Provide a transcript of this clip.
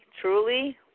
truly